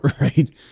right